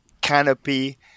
Canopy